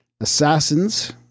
assassins